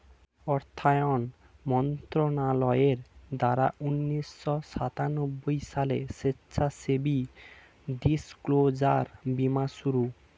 অর্থায়ন মন্ত্রণালয়ের দ্বারা উন্নিশো সাতানব্বই সালে স্বেচ্ছাসেবী ডিসক্লোজার বীমার শুরু